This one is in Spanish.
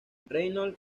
reynolds